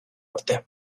arte